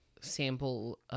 sample